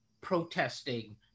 protesting